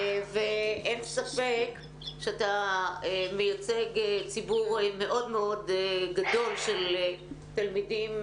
ואין ספק שאתה מייצג ציבור מאוד מאוד גדול של תלמידים,